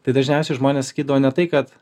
tai dažniausiai žmonės sakydavo ne tai kad